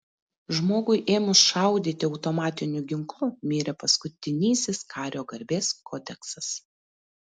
žmogui ėmus šaudyti automatiniu ginklu mirė paskutinysis kario garbės kodeksas